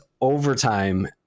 overtime